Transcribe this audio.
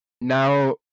now